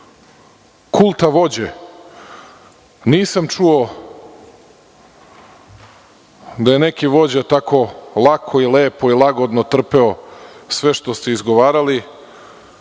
kulta vođe, nisam čuo da je neki vođa tako lako, lepo i lagodno trpeo sve što ste izgovarali,